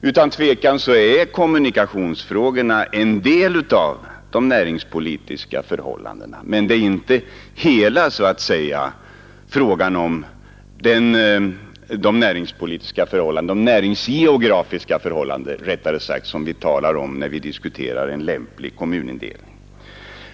Utan tvivel hör kommunikationsfrågorna till de näringspolitiska förhållandena, men det finns också andra sådana näringsgeografiska förhållanden som vi talar om när vi diskuterar en lämplig kommunindelning.